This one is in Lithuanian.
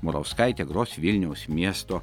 murauskaitė gros vilniaus miesto